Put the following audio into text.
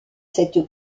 cette